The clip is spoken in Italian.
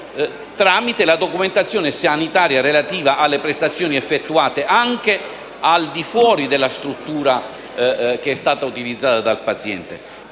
tramite la documentazione sanitaria relativa alle prestazioni effettuate anche al di fuori della struttura utilizzata dal paziente.